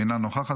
אינה נוכחת,